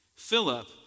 Philip